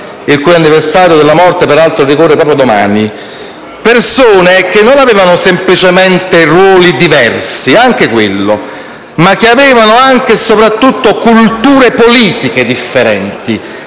(il cui anniversario della morte, peraltro, ricorre proprio domani), persone che non avevano semplicemente ruoli diversi (anche quello), ma che avevano anche e soprattutto culture politiche differenti